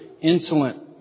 insolent